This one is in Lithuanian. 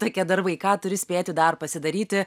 tokie darbai ką turi spėti dar pasidaryti